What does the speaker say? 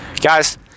Guys